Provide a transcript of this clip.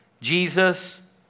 Jesus